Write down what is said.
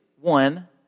one